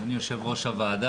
אדוני יו"ר הוועדה,